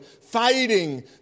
Fighting